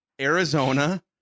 Arizona